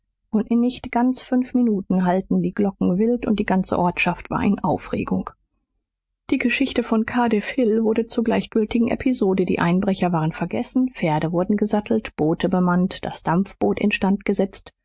und in nicht ganz fünf minuten hallten die glocken wild und die ganze ortschaft war in aufregung die geschichte von cardiff hill wurde zur gleichgültigen episode die einbrecher waren vergessen pferde wurden gesattelt boote bemannt das dampfboot instandgesetzt und